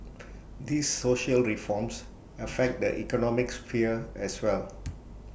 these social reforms affect the economic sphere as well